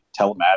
telematics